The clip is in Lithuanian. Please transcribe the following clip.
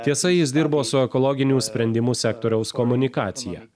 tiesa jis dirbo su ekologinių sprendimų sektoriaus komunikacija